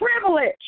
privilege